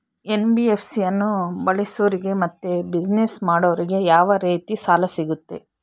NBFC ಅನ್ನು ಬಳಸೋರಿಗೆ ಮತ್ತೆ ಬಿಸಿನೆಸ್ ಮಾಡೋರಿಗೆ ಯಾವ ರೇತಿ ಸಾಲ ಸಿಗುತ್ತೆ?